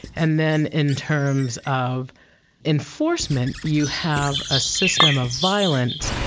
and then in terms of enforcement you have a system of violence,